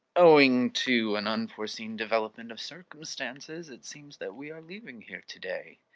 owing to an unforeseen development of circumstances, it seems that we are leaving here today.